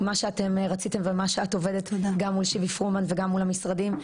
מה שאתם רציתם ומה שאת עובדת גם מול שיבי פרומן וגם מול המשרדים,